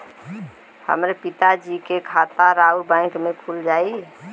हमरे पिता जी के खाता राउर बैंक में खुल जाई?